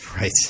Right